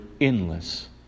endless